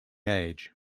age